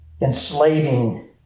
enslaving